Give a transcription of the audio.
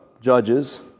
Judges